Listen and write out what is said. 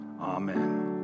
amen